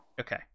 Okay